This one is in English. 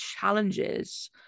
challenges